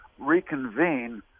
Reconvene